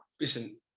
listen